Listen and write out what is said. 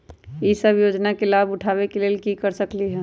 हम सब ई योजना के लाभ उठावे के लेल की कर सकलि ह?